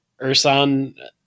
Ursan